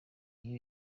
iyo